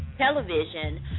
Television